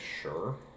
sure